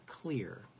clear